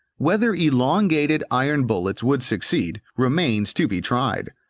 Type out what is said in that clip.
whether elongated iron bullets would succeed, remains to be tried.